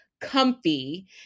comfy